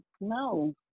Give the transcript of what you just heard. No